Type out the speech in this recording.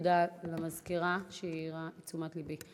תודה למזכירה שהסבה את תשומת לבי.